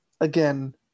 again